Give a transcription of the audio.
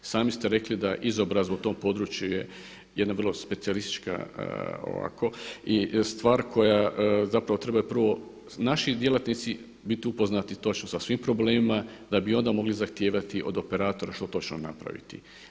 Sami ste rekli da izobrazba u tom području je jedna vrlo specijalištička ovako i stvar koja zapravo trebaju je prvo naši djelatnici biti upoznati točno sa svim problemima da bi onda mogli zahtijevati od operatora što točno napraviti.